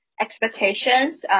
Expectations